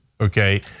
Okay